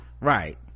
Right